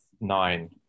nine